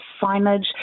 signage